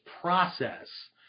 process